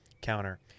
counter